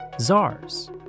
czars